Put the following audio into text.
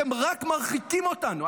אתם רק מרחיקים אותנו,